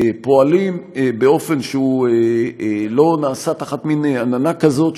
פועלים באופן שלא נעשה תחת מין עננה כזאת,